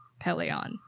Peleon